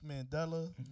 Mandela